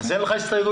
אין לך הסתייגויות?